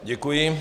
Děkuji.